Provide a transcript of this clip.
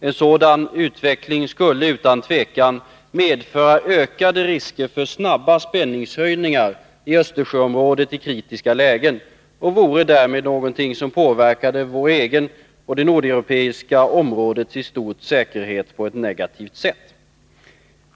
En sådan utveckling skulle utan tvivel medföra ökade risker för snabba spänningshöjningar i Östersjöområdet i kritiska lägen och vore därmed någonting som påverkade vår egen säkerhet och det nordeuropeiska områdets i stort på ett negativt sätt.